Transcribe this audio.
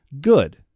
good